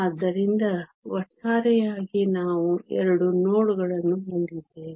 ಆದ್ದರಿಂದ ಒಟ್ಟಾರೆಯಾಗಿ ನಾವು 2 ನೋಡ್ ಗಳನ್ನು ಹೊಂದಿದ್ದೇವೆ